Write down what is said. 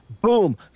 Boom